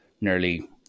nearly